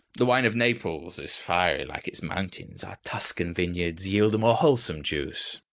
the wine of naples is fiery like its mountains. our tuscan vineyards yield a more wholesome juice.